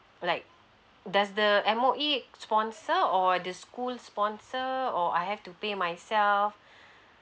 like does the M_O_E sponsor or the school sponsor or I have to pay myself